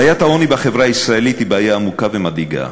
בעיית העוני בחברה הישראלית היא בעיה עמוקה ומדאיגה,